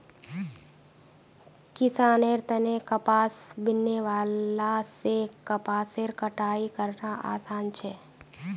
किसानेर तने कपास बीनने वाला से कपासेर कटाई करना आसान छे